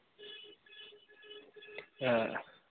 हाँ